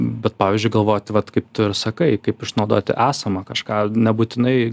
bet pavyzdžiui galvoti vat kaip tu ir sakai kaip išnaudoti esamą kažką nebūtinai